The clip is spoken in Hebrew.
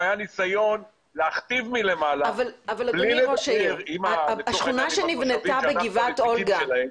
היה ניסיון להכתיב מלמעלה בלי לדבר עם התושבים שאנחנו הנציגים שלהם.